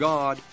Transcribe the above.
God